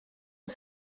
aux